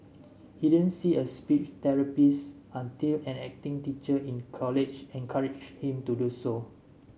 he didn't see a speech therapist until an acting teacher in college encouraged him to do so